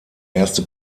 erste